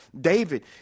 David